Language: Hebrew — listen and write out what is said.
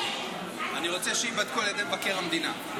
אני רוצה שייבדקו על ידי מבקר המדינה.